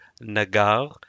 nagar